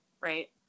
right